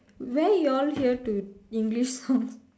where y'all hear to English songs